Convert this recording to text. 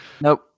nope